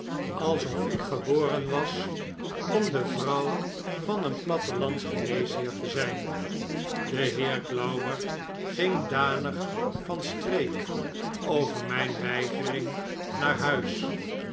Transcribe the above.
alsof ik geboren was om de vrouw van een plattelandsgeneesheer te zijn de heer glauber ging danig van streek over mijn weigering naar huis